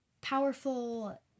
powerful